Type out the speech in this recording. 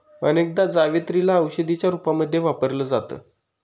अनेकदा जावेत्री ला औषधीच्या रूपामध्ये वापरल जात